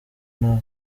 nawe